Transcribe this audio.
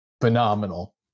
phenomenal